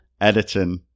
editing